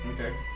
Okay